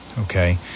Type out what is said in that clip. Okay